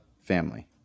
Family